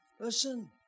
Listen